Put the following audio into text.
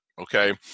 Okay